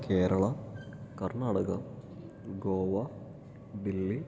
Kerala Karnataka Goa Delhi